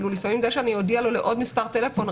לפעמים זה שאני אודיע לו לעוד מספר טלפון,